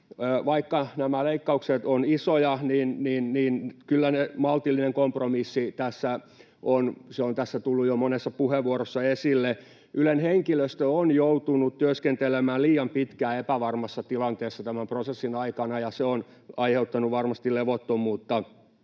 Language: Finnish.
Vaikka nämä leikkaukset ovat isoja, niin kyllä maltillinen kompromissi on tässä jo monessa puheenvuorossa tullut esille. Ylen henkilöstö on joutunut työskentelemään liian pitkään epävarmassa tilanteessa tämän prosessin aikana, ja se on aiheuttanut varmasti levottomuutta.